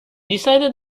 decided